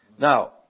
Now